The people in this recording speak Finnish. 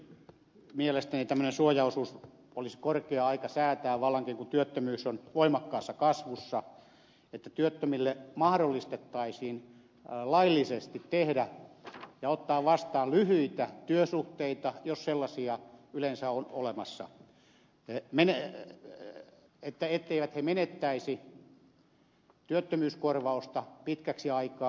nyt mielestäni tämmöinen suojaosuus olisi korkea aika säätää vallankin kun työttömyys on voimakkaassa kasvussa että työttömille mahdollistettaisiin laillisesti tehdä ja ottaa vastaan lyhyitä työsuhteita jos sellaisia yleensä on olemassa niin etteivät he menettäisi työttömyyskorvausta pitkäksi aikaa